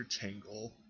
Tangle